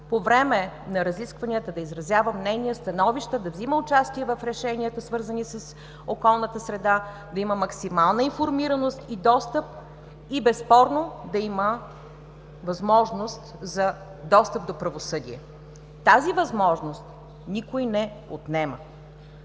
по време на разискванията, да изразява мнение, становища, да взема участие в решенията, свързани с околната среда, да има максимална информираност и безспорно да има възможност за достъп до правосъдие. Тази възможност никой не отнема.